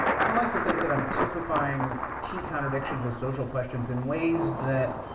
i like to think that i'm typifying key contradictions of social questions in ways that